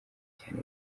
cyane